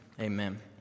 Amen